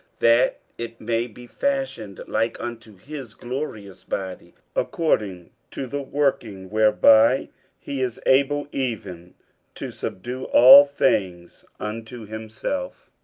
that it may be fashioned like unto his glorious body, according to the working whereby he is able even to subdue all things unto himself.